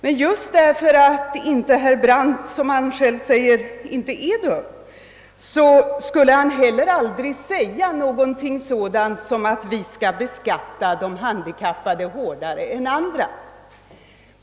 Men just därför att herr Brandt inte är dum skulle han heller aldrig säga, att vi skall beskatta de handikappade hårdare än andra.